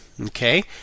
Okay